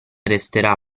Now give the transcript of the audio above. resterà